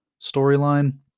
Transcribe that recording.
storyline